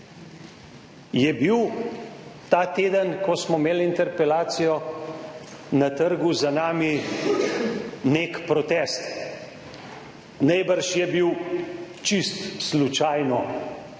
Je bil ta teden, ko smo imeli interpelacijo, na trgu za nami nek protest. Najbrž je bil čisto slučajno